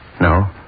No